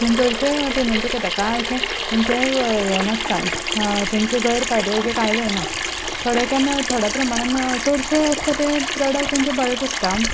आनी चडशे पेमंटूय घेता कांय अशे खंयचे हें नासता तेंचे गैरफायदे अशे कांय जायना थोडे केन्ना थोड्या प्रमाणान चडशे आसता ते प्रोडक्ट तेंचे बरेच आसता